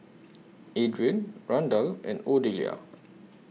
Adrien Randall and Odelia